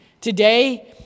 Today